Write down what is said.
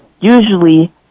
usually